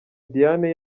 diane